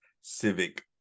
civic